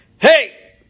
Hey